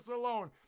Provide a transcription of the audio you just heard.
alone